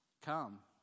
come